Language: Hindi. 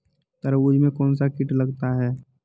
तरबूज में कौनसा कीट लगता है?